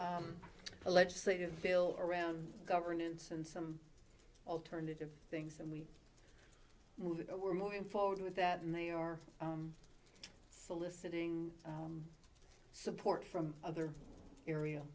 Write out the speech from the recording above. the legislative feel around governance and some alternative things and we were moving forward with that and they are soliciting support from other area